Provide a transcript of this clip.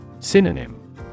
Synonym